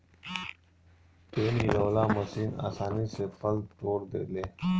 पेड़ हिलौना मशीन आसानी से फल तोड़ देले